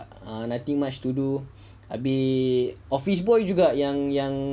nothing much to do abeh office boy juga yang yang